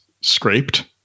scraped